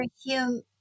human